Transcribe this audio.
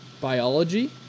biology